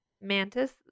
Mantis